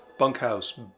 Bunkhouse